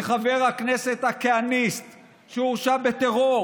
בחבר הכנסת הכהניסט שהורשע בטרור